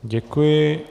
Děkuji.